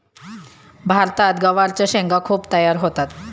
भारतात गवारच्या शेंगा खूप तयार होतात